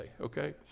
okay